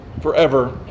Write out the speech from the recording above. forever